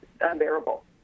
unbearable